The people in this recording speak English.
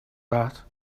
but